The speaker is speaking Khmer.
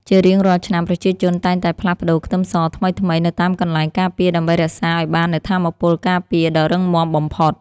ជារៀងរាល់ឆ្នាំប្រជាជនតែងតែផ្លាស់ប្តូរខ្ទឹមសថ្មីៗនៅតាមកន្លែងការពារដើម្បីរក្សាឱ្យបាននូវថាមពលការពារដ៏រឹងមាំបំផុត។